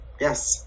Yes